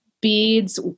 beads